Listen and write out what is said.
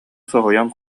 соһуйан